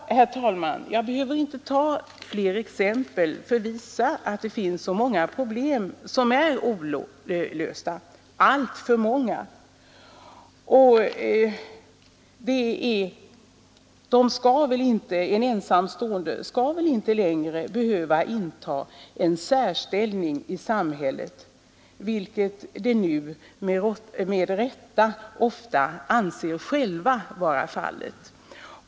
Herr talman! Jag behöver inte ta fler exempel för att visa att det finns många problem som är olösta, alltför många. De ensamstående skall väl inte längre behöva inta en särställning i samhället, vilket de nu med rätta ofta anser vara fallet.